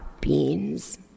beans